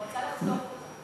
הוא רצה לחסוך לך.